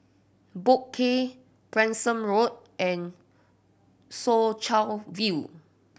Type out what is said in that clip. Boat Quay Branksome Road and Soo Chow View